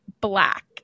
black